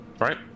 Right